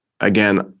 again